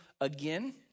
again